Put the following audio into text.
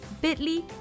bit.ly